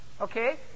Okay